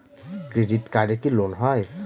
Credit কার্ডে কি loan হয়?